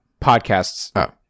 podcasts